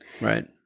Right